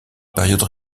période